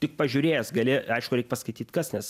tik pažiūrėjęs gali aišku reik paskaityt kas nes